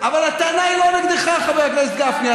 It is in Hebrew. אבל הטענה היא לא נגדך, חבר הכנסת גפני.